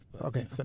Okay